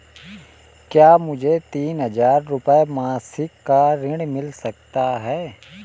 क्या मुझे तीन हज़ार रूपये मासिक का ऋण मिल सकता है?